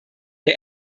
der